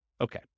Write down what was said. Okay